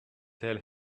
tell